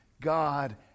god